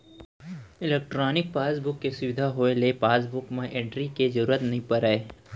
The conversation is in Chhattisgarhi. इलेक्ट्रानिक पासबुक के सुबिधा होए ले पासबुक म एंटरी के जरूरत नइ परय